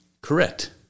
Correct